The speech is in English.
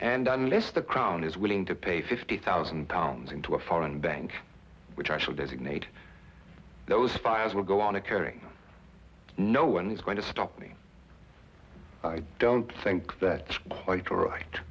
and unless the crown is willing to pay fifty thousand pounds into a foreign bank which i should designate those fires will go on occurring no one's going to stop me i don't think that